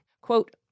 Quote